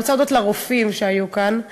אני רוצה להודות לרופאים שהיו כאן.